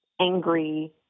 angry